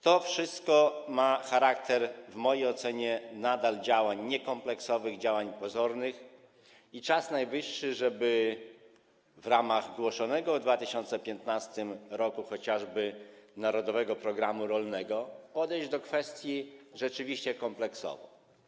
To wszystko ma charakter w mojej ocenie nadal działań niekompleksowych, działań pozornych i czas najwyższy, żeby w ramach chociażby ogłoszonego w 2015 r. narodowego programu rolnego podejść do kwestii rzeczywiście kompleksowo.